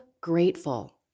grateful